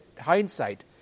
hindsight